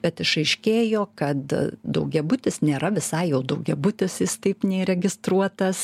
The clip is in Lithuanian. bet išaiškėjo kad daugiabutis nėra visai jau daugiabutis jis taip neįregistruotas